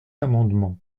amendement